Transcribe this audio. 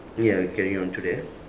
ya we carrying on to there